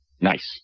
Nice